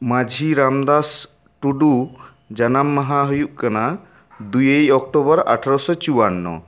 ᱢᱟᱡᱷᱤ ᱨᱟᱢᱫᱟᱥ ᱴᱩᱰᱩ ᱡᱟᱱᱟᱢ ᱢᱟᱦᱟ ᱦᱩᱭᱩᱜ ᱠᱟᱱᱟ ᱫᱩᱭᱮᱭ ᱚᱠᱴᱚᱵᱚᱨ ᱟᱴᱷᱚᱨᱚᱥᱚ ᱪᱩᱭᱟᱱᱱᱚ